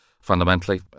fundamentally